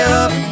up